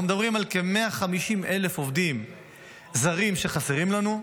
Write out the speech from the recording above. אנחנו מדברים על כ-150,000 עובדים זרים שחסרים לנו.